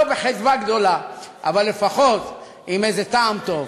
לא בחדווה גדולה, אבל לפחות עם איזה טעם טוב.